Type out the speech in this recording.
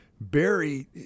Barry